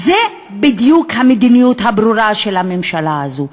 זו בדיוק המדיניות הברורה של הממשלה הזאת,